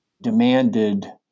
Demanded